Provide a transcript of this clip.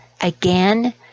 again